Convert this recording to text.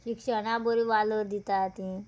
शिक्षणां बरी वालोर दिता तीं